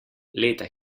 leta